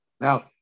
Now